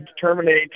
terminate